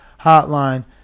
hotline